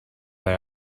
they